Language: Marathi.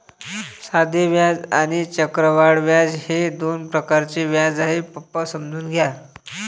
साधे व्याज आणि चक्रवाढ व्याज हे दोन प्रकारचे व्याज आहे, पप्पा समजून घ्या